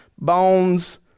bones